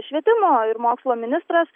švietimo ir mokslo ministras